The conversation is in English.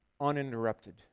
uninterrupted